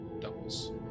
doubles